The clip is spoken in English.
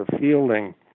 fielding